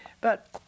But-